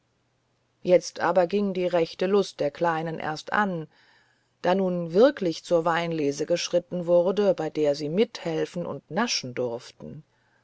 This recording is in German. jetzt aber ging die rechte lust der kleinen erst an da nun wirklich zur weinlese geschritten wurde bei der sie mithelfen und naschen durften